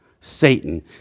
Satan